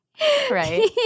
Right